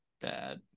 bad